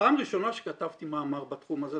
פעם ראשונה שכתבתי מאמר בתחום הזה,